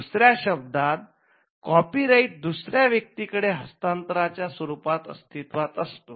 दुसर्या शब्दांत कॉपीराइट दुसर्या व्यक्तीकडे हस्तांतराच्या स्वरूपात अस्तित्वात असतो